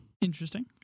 Interesting